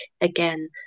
again